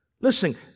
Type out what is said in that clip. listen